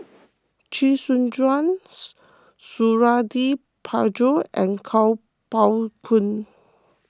Chee Soon Juan Suradi Parjo and Kuo Pao Kun